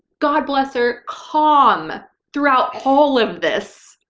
god bless her, calm throughout all of this,